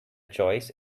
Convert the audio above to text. choice